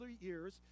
years